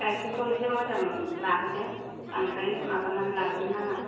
गाइखेरखौ एसे मोजां लाबो दे बांद्राय माबा नानै लाबोनो नाङा